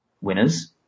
winners